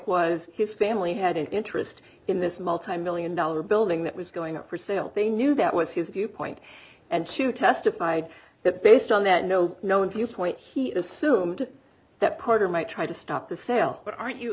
was his family had an interest in this multimillion dollar building that was going up for sale they knew that was his view point and shoot testified that based on that no known viewpoint he assumed that part of my trying to stop the sale but aren't you